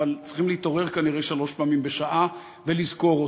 אבל צריכים להתעורר כנראה שלוש פעמים בשעה ולזכור אותו.